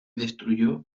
destruyó